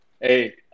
Hey